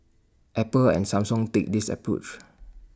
Apple and Samsung take this approach